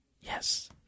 Yes